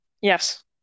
Yes